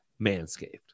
Manscaped